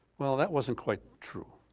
well that wasn't quite true,